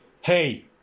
Hey